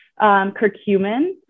curcumin